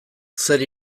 zer